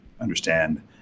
understand